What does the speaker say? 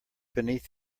beneath